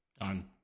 Done